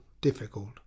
difficult